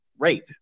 Rape